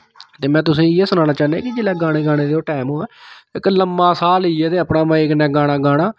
ते में तुसें गी इ'यै सनाना चाह्ना कि जिसलै गाने गाने दा टैम होऐ इक लम्मा साह् लेइयै अपना मजे कन्नै गाना गाना